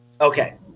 Okay